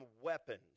weapons